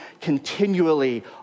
continually